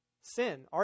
sin